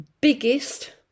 biggest